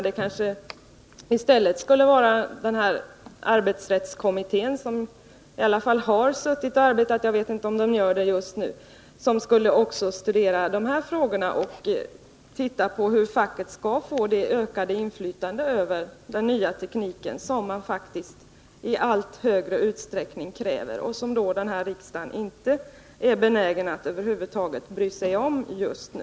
Det kanske i stället skulle vara arbetsrättskommittén — jag vet inte om den arbetar just nu, men den har i alla fall gjort det — som skulle studera också de här frågorna och titta på hur facket kan få det ökade inflytande över den nya tekniken som man faktiskt i allt större utsträckning kräver men som den här riksdagen över huvud taget inte är benägen att bry sig om just nu.